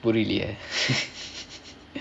புரியலையே:puriyalaiyae